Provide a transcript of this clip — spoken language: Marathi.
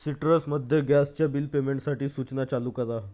सिट्रसमध्ये गॅसच्या बिल पेमेंटसाठी सूचना चालू करा